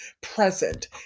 present